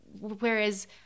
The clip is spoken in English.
whereas